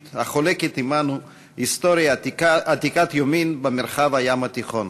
החולקת עמנו היסטוריה עתיקת יומין במרחב הים התיכון.